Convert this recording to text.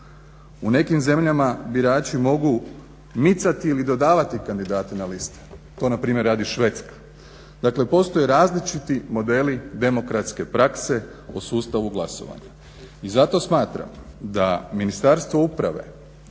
U nekim zemljama birači mogu micati ili dodavati kandidate na liste. To npr. radi Švedska. Dakle, postoje različiti modeli demokratske prakse u sustavu glasovanja. I zato smatram da Ministarstvo uprave,